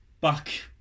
back